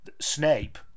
Snape